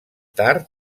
tard